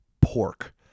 pork